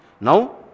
Now